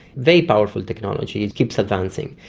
very powerful technology, it keeps advancing.